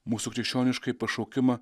mūsų krikščioniškąjį pašaukimą